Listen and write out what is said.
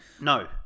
No